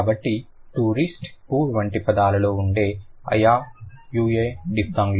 కాబట్టి tourist poor వంటి వాటిలో ఉండే ia ua డిఫ్తాంగ్ లు